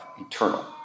eternal